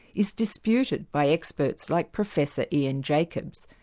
is disputed by experts like professor ian jacobs,